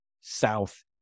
South